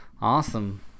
awesome